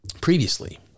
previously